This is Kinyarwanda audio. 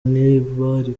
ntibari